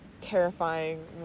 terrifying